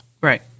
Right